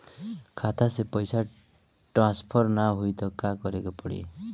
खाता से पैसा टॉसफर ना होई त का करे के पड़ी?